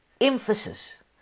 emphasis